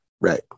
Right